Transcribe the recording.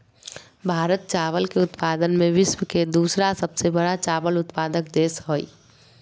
भारत चावल के उत्पादन में विश्व के दूसरा सबसे बड़ा चावल उत्पादक देश हइ